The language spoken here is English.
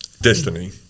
Destiny